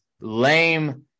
lame –